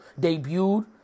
debuted